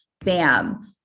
bam